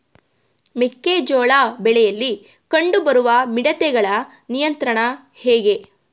ಮೆಕ್ಕೆ ಜೋಳ ಬೆಳೆಯಲ್ಲಿ ಕಂಡು ಬರುವ ಮಿಡತೆಗಳ ನಿಯಂತ್ರಣ ಹೇಗೆ?